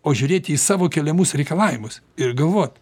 o žiūrėti į savo keliamus reikalavimus ir galvot